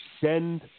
send